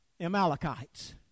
Amalekites